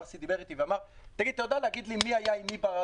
ברסי דיבר איתי ואמר: אתה יודע להגיד לי מי היה עם מי?